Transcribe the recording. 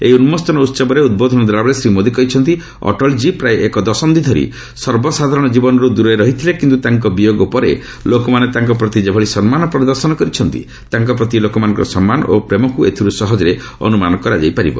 ଏହି ଉନ୍ମୋଚନ ଉତ୍ସବରେ ଉଦ୍ବୋଧନ ଦେଲାବେଳେ ଶ୍ରୀ ମୋଦି କହିଛନ୍ତି ଅଟଳଜୀ ପ୍ରାୟ ଏକଦଶନ୍ଧି ଧରି ସର୍ବସାଧାରଣ ଜୀବନରୁ ଦୂରେଇ ରହିଥିଲେ କିନ୍ତୁ ତାଙ୍କର ବିୟୋଗ ପରେ ଲୋକମାନେ ତାଙ୍କ ପ୍ରତି ଯେଭଳି ସମ୍ମାନ ପ୍ରଦର୍ଶନ କରିଛନ୍ତି ତାଙ୍କ ପ୍ରତି ଲୋକମାନଙ୍କର ସମ୍ମାନ ଓ ପ୍ରେମକୁ ଏଥିରୁ ସହଜରେ ଅନୁମାନ କରାଯାଇ ପାରିବ